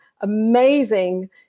amazing